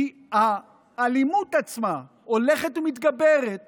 כי האלימות עצמה הולכת ומתגברת